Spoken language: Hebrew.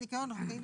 הניקיון